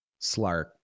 Slark